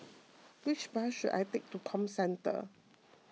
which bus should I take to Comcentre